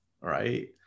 right